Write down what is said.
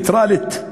נייטרלית,